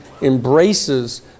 embraces